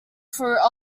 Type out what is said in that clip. through